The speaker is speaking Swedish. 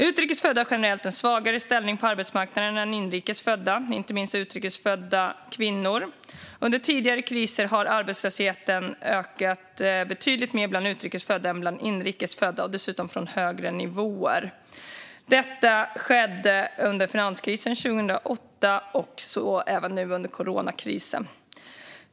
Utrikes födda har generellt en svagare ställning på arbetsmarknaden än inrikes födda, inte minst utrikes födda kvinnor. Under tidigare kriser har arbetslösheten ökat betydligt mer bland utrikes födda än bland inrikes födda och dessutom från högre nivåer. Detta skedde under finanskrisen 2008 och även nu under coronakrisen.